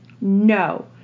No